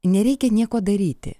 nereikia nieko daryti